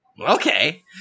okay